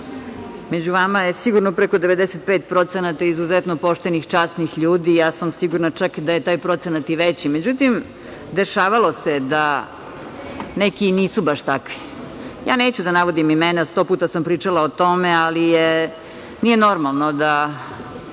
Među vama je sigurno preko 95% izuzetno poštenih, časnih ljudi i ja sam sigurna čak da je taj procenat i veći.Međutim, dešavalo se da neki i nisu baš takvi. Neću da navodim imena, sto puta sam pričala o tome, ali nije normalno da